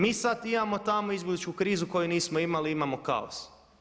Mi sada imamo tamo izbjegličku krizu koju nismo imali imamo kaos.